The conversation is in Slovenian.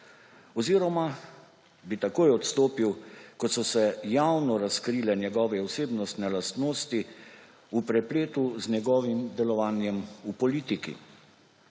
oziroma bi takoj odstopil, ko so se javno razkrile njegove osebnostne lastnosti v prepletu z njegovim delovanjem v politiki.